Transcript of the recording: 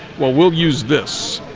well. we'll use this